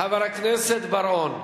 חבר הכנסת בר-און,